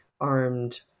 armed